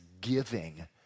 giving